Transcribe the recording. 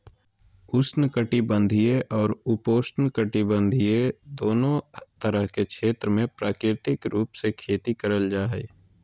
उष्ण कटिबंधीय अउर उपोष्णकटिबंध दोनो तरह के क्षेत्र मे प्राकृतिक रूप से खेती करल जा हई